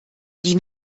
die